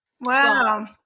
Wow